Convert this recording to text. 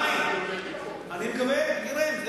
אומרים שאת